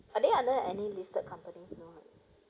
are they under any listed company no right